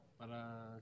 para